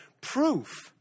proof